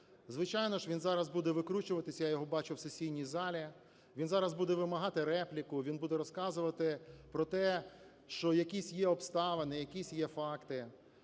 Звичайно ж, він зараз буде викручуватись, я його бачив в сесійній залі, він зараз буде вимагати репліку, він буде розказувати про те, що якісь є обставини, якісь є факти.